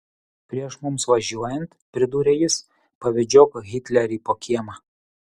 prieš mums važiuojant pridūrė jis pavedžiok hitlerį po kiemą